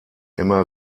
immer